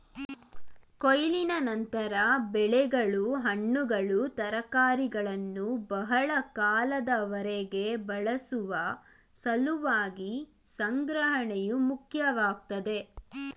ಕೊಯ್ಲಿನ ನಂತರ ಬೆಳೆಗಳು ಹಣ್ಣುಗಳು ತರಕಾರಿಗಳನ್ನು ಬಹಳ ಕಾಲದವರೆಗೆ ಬಳಸುವ ಸಲುವಾಗಿ ಸಂಗ್ರಹಣೆಯು ಮುಖ್ಯವಾಗ್ತದೆ